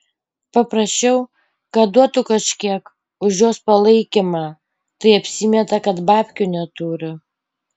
paprašiau kad duotų kažkiek už jos palaikymą tai apsimeta kad babkių neturi